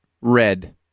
Red